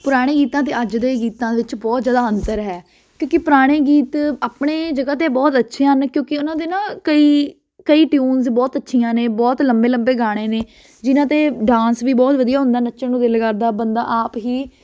ਪੁਰਾਣੇ ਗੀਤਾਂ ਅਤੇ ਅੱਜ ਦੇ ਗੀਤਾਂ ਵਿੱਚ ਬਹੁਤ ਜ਼ਿਆਦਾ ਅੰਤਰ ਹੈ ਕਿਉਂਕਿ ਪੁਰਾਣੇ ਗੀਤ ਆਪਣੀ ਜਗ੍ਹਾ 'ਤੇ ਬਹੁਤ ਅੱਛੇ ਹਨ ਕਿਉਂਕਿ ਉਹਨਾਂ ਦੇ ਨਾ ਕਈ ਕਈ ਟਿਊਨਸ ਬਹੁਤ ਅੱਛੀਆਂ ਨੇ ਬਹੁਤ ਲੰਬੇ ਲੰਬੇ ਗਾਣੇ ਨੇ ਜਿਹਨਾਂ 'ਤੇ ਡਾਂਸ ਵੀ ਬਹੁਤ ਵਧੀਆ ਹੁੰਦਾ ਨੱਚਣ ਨੂੰ ਦਿਲ ਕਰਦਾ ਬੰਦਾ ਆਪ ਹੀ